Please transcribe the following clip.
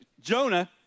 Jonah